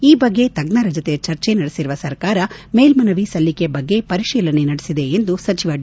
ಈ ಬಗ್ಗೆ ತಜ್ವರ ಜತೆ ಚರ್ಚೆ ನಡೆಸಿರುವ ಸರ್ಕಾರ ಮೇಲ್ಜನವಿ ಸಲ್ಲಿಕೆ ಬಗ್ಗೆ ಪರಿಶೀಲನೆ ನಡೆಸಿದೆ ಎಂದು ಸಚಿವ ಡಿ